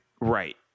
right